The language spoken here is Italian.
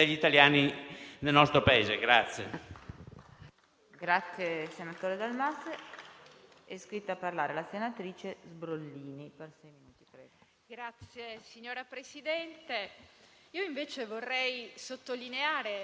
emancipazione e dal loro ingresso nel mondo del lavoro, perché sono quelle che sicuramente hanno sofferto di più, in questo periodo lunghissimo di *lockdown* e di pandemia, che purtroppo non è ancora finito.